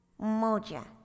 Moja